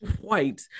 White